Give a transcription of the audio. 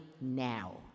now